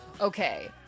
Okay